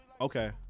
Okay